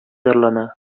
зарлана